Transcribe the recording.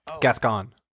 Gascon